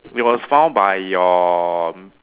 it was found by your